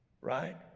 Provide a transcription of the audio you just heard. Right